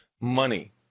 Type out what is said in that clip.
money